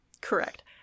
correct